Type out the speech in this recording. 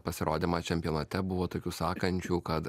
pasirodymą čempionate buvo tokių sakančių kad